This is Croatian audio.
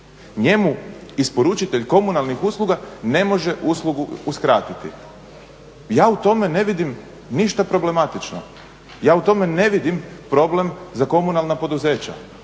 njemu isporučitelj komunalnih usluga ne može uslugu uskratiti. Ja u tome ne vidim ništa problematično, ja u tome ne vidim problem za komunalna poduzeća.